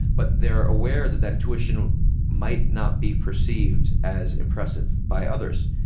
but they're aware that that intuition might not be perceived as impressive by others.